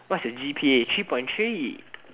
how much is g_p_a three point three